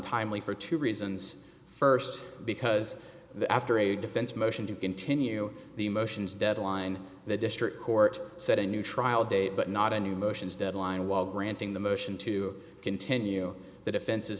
timely for two reasons st because after a defense motion to continue the motions deadline the district court set a new trial date but not a new motions deadline while granting the motion to continue the defense